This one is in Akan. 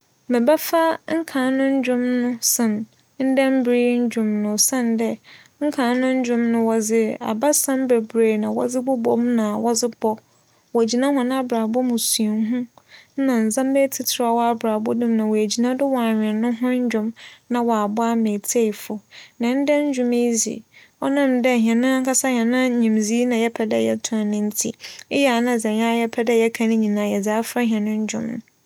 Mebɛfa nkan no ndwom sen ndɛ mber yi ndwom osiandɛ, nkan no ndwom no, wͻdze abasɛm beberee na wͻdze bobͻ mu na wͻdze bͻ. Wogyina hͻn abrabͻ mu suahu nna ndzɛmba etsitsir a ͻwͻ abrabͻ no mu, woegyina do wͻawen no ho ndwom wͻabͻ ama etsiefo. Na ndɛ ndwom yi dze, ͻnam dɛ hɛn ankasa hɛn enyimdzee na yɛpɛ dɛ yɛtͻn ntsi, eyɛɛ a nna dza hɛn ara yɛpɛ dɛ yɛka no nyinara yɛdze afora hɛn ndwom.